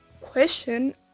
question